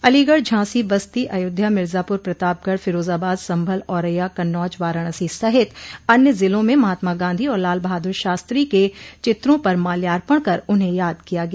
अलीगढ़ झांसी बस्ती अयोध्या मिर्जापुर प्रतापगढ़ फिरोजाबाद संभल औरैया कन्नौज वाराणसी सहित अन्य जिलों में महात्मा गांधी और लाल बहादुर शास्त्री के चित्रों पर माल्यार्पण कर उन्हें याद किया गया